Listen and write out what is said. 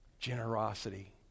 Generosity